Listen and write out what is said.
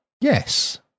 yes